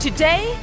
Today